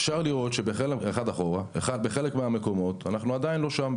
אפשר לראות בגרף שבחלק מהמקומות אנחנו עדיין לא שם.